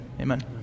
Amen